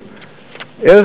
החיים,